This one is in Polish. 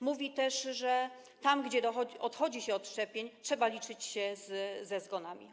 Mówi też, że tam, gdzie odchodzi się od szczepień, trzeba liczyć się ze zgonami.